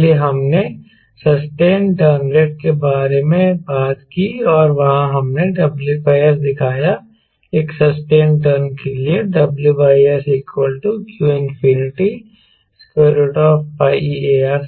इसलिए आपने sustained turn rate के बारे में बात की और वहां हमने WS दिखाया एक ससटेनड टर्न के लिए WS q ARe